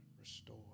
restore